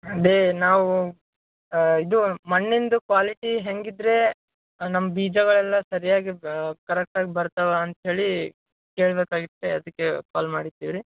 ಅದೇ ನಾವು ಇದು ಮಣ್ಣಿಂದು ಕ್ವಾಲಿಟಿ ಹೆಂಗೆ ಇದ್ರೇ ನಮ್ಮ ಬೀಜ ಎಲ್ಲ ಸರಿಯಾಗಿ ಇರ್ತಾವೆ ಕರೆಕ್ಟಾಗಿ ಬರ್ತಾವೆ ಅಂತೇಳಿ ಕೇಳ್ಬೇಕಾಗಿತ್ತು ಅದಕ್ಕೆ ಕಾಲ್ ಮಾಡಿದ್ದೀವಿ ರೀ